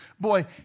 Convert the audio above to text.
Boy